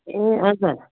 ए हजुर